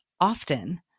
often